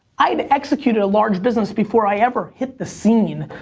i had executed a large business before i ever hit the scene.